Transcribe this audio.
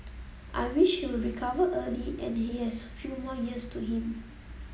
I wish he will recover early and he has few more years to him